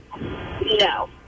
No